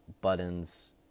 buttons